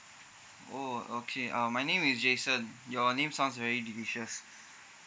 oh okay uh my name is jason your name sounds very delicious